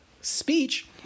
speech